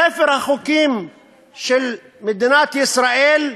ספר החוקים של מדינת ישראל,